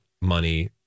money